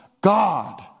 God